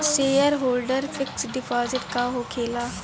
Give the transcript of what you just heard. Shareholder fix deposit का होखे ला?